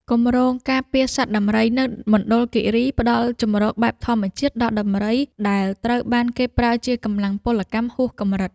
គម្រោងការពារសត្វដំរី នៅមណ្ឌលគិរី ផ្ដល់ជម្រកបែបធម្មជាតិដល់ដំរីដែលត្រូវបានគេប្រើជាកម្លាំងពលកម្មហួសកម្រិត។